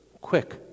Quick